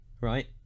right